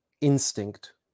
instinct